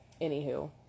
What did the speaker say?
Anywho